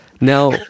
Now